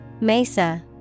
Mesa